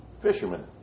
fishermen